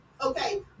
Okay